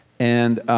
and